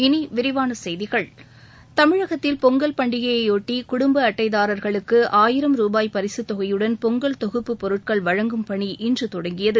இனி விரிவான செய்திகள் தமிழகத்தில் பொங்கல் பண்டிகையையொட்டி குடும்ப அட்டைதாரர்களுக்கு ஆயிரம் ரூபாய் பரிசுத் தொகையுடன் பொங்கல் தொகுப்பு பொருட்கள் வழங்கும் பணி இன்று தொடங்கியது